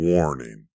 Warning